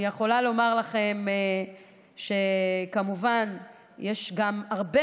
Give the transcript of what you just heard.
אני יכולה לומר לכם שכמובן יש גם הרבה